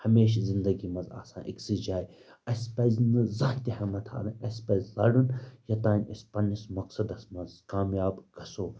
ہمیشہِ زندگی منٛز آسان أکۍسٕے جایہِ اَسہِ پَزِ نہٕ زانٛہہ تہِ ہٮ۪مت ہارٕنۍ اَسہِ پَزِ لَڑُن یوٚتام أسۍ پنٛنِس مقصَدَس منٛز کامیاب گژھو